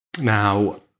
Now